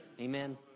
Amen